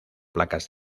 placas